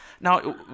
now